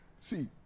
see